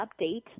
update